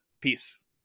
Peace